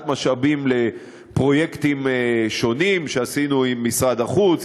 משאבים לפרויקטים שונים שעשינו עם משרד החוץ,